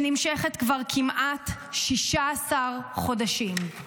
שנמשכת כבר כמעט 16 חודשים.